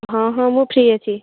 ହଁ ହଁ ମୁଁ ଫ୍ରି ଅଛି